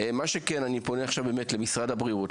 מה שכן אני פונה עכשיו באמת למשרד הבריאות,